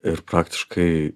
ir praktiškai